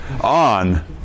on